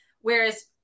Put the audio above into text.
Whereas